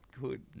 Good